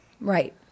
Right